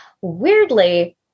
weirdly